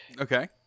Okay